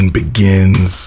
begins